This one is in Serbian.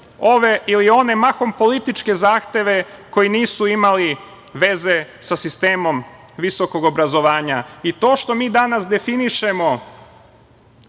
ove ili one mahom političke zahteve koji nisu imali veze sa sistemom visokog obrazovanja. To što mi danas definišemo